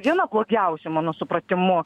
viena blogiausių mano supratimu